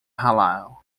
halal